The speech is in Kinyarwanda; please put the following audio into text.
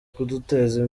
kuduteza